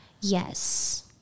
Yes